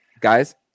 Guys